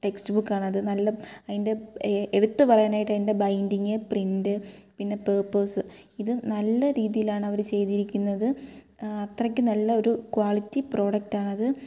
text book ആണത് നല്ല നല്ല അതിന്റെ എടുത്തു പറയാനായിട്ട് അയിൻ്റെ ബയിൻറ്റിങ് പ്രിന്റ് പിന്നെ പേപ്പേഴ്സ് ഇത് നല്ല രീതിയിലാണ് അവർ ചെയ്തിരിക്കുന്നത് അത്രയ്ക്ക് നല്ല ഒരു ക്വാളിറ്റി പ്രോഡക്റ്റ് ആണത്